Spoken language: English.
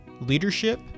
leadership